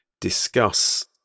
discuss